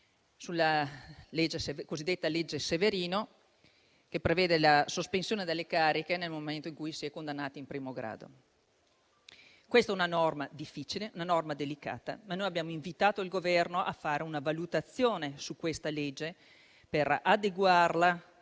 la cosiddetta legge Severino, che prevede la sospensione dalle cariche nel momento in cui si è condannati in primo grado. Questa è una norma difficile e delicata. Noi abbiamo invitato il Governo a fare una valutazione su questa legge, per adeguarla